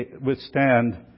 withstand